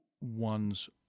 one's